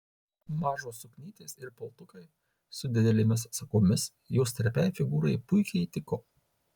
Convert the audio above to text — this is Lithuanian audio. mažos suknytės ir paltukai su didelėmis sagomis jos trapiai figūrai puikiai tiko